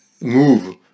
move